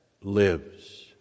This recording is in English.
lives